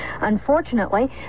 Unfortunately